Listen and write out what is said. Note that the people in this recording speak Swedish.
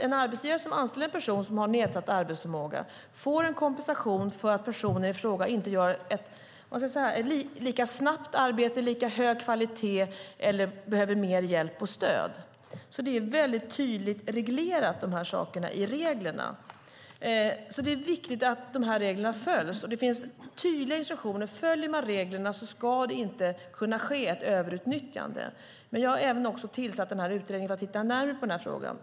En arbetsgivare som anställer en person som har nedsatt arbetsförmåga får alltså en kompensation för att personen i fråga inte gör ett lika snabbt arbete eller ett arbete med lika hög kvalitet eller behöver mer hjälp och stöd. Det är väldigt tydligt reglerat i reglerna. Det är viktigt att reglerna följs. Det finns tydliga instruktioner. Följer man reglerna ska det inte kunna ske ett överutnyttjande. Men jag har ändå tillsatt den här utredningen för att titta närmare på den här frågan.